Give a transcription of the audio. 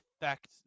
affect